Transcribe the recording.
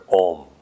Om